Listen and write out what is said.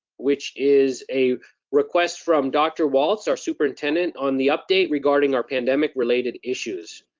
which is a request from dr. walts, our superintendent, on the update regarding our pandemic-related issues.